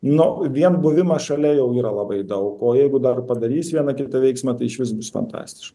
nu vien buvimas šalia jau yra labai daug o jeigu dar padarys vieną kitą veiksmą tai išvis bus fantastiška